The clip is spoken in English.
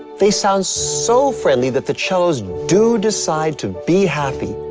they sound so friendly that the cellos do decide to be happy,